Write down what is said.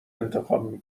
انتخاب